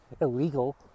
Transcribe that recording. illegal